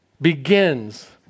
begins